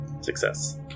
Success